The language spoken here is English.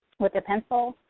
with a pencil.